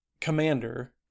Commander